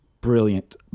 brilliant